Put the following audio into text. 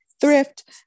thrift